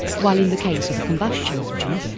while in the case of a combustion engine,